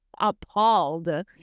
Appalled